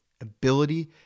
Ability